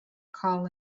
call